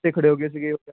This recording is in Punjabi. ਅਤੇ ਖੜ੍ਹੇ ਹੋ ਗਏ ਸੀਗੇ